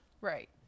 Right